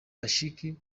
bashiki